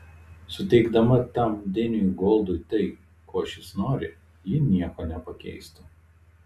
suteikdama tam deniui goldui tai ko šis nori ji nieko nepakeistų